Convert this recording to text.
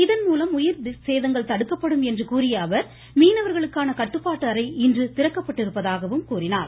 இதன்மூலம் உயிர்சேதங்கள் தடுக்கப்படும் என்று மீனவர்களுக்கான கட்டுப்பாட்டு அறை இன்று திறக்கப்பட்டிருப்பதாகவும் கூறினார்